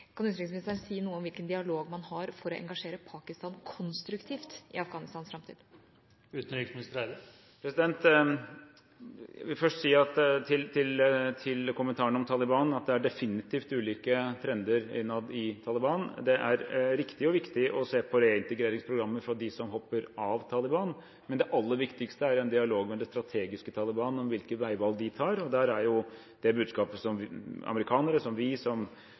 Kan utenriksministeren si noe om hvilken dialog man har for å engasjere Pakistan konstruktivt i Afghanistans framtid? Jeg vil først si til kommentaren om Taliban at det er definitivt ulike trender innad i Taliban. Det er riktig og viktig å se på reintegreringsprogrammet for dem som hopper av Taliban, men det aller viktigste er en dialog med det strategiske Taliban om hvilke veivalg de tar. Der er det budskapet som amerikanerne, som vi, som